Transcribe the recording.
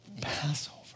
Passover